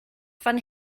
fan